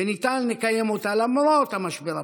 וניתן לקיים אותה למרות המשבר הפוליטי.